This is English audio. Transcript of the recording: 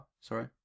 sorry